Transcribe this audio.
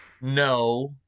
No